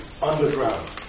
underground